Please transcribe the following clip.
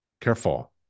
Careful